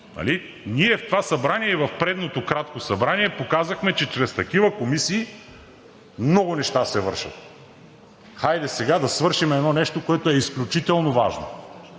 Ние в това събрание, и в предното кратко събрание, показахме, че чрез такива комисии много неща се вършат. Хайде сега да свършим едно нещо, което е изключително важно.